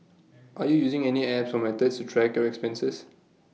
are you using any apps or methods to track your expenses